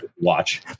watch